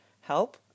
help